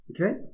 Okay